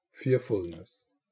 Fearfulness